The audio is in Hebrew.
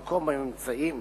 במקום שבו הם נמצאים,